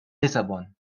lissabon